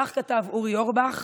כך כתב אורי אורבך